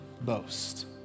boast